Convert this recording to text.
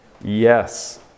Yes